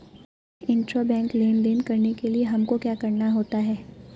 Intrabank लेन देन करने के लिए हमको क्या करना होता है?